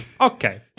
Okay